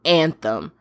anthem